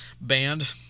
band